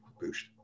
boost